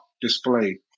display